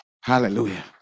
Hallelujah